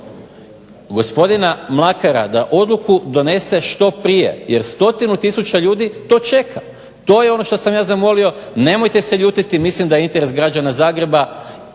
gospodina Mlakara da odluku donese što prije jer 100 tisuća ljudi čeka. To je ono što sam ja zamolio nemojte se ljutiti, mislim da i interes građana Zagreba